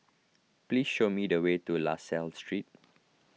please show me the way to La Salle Street